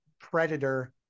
predator